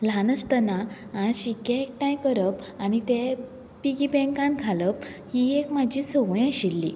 ल्हान आसतना हांव शिक्के एकठांय करप आनी ते पिगी बँकान घालप ही एक म्हजी संवय आशिल्ली